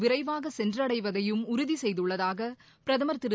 விரைவாக சென்றடைவதையும் உறுதி செய்துள்ளதாக பிரதமர் திரு